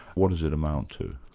what does it amount to?